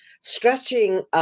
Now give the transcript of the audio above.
stretching